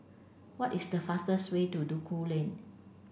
what is the fastest way to Duku Lane